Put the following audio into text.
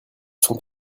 sont